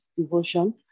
devotion